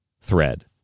thread